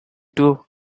two